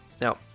Now